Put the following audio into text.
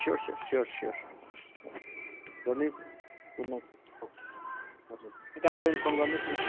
sure sure sure sure good night sir okay हजुर केही time पर्यो भने फोन गर्नुहोस् न